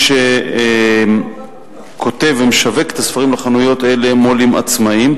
מי שכותב ומשווק את הספרים לחנויות אלה הם מו"לים עצמאים,